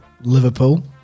liverpool